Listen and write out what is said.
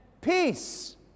peace